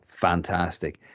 Fantastic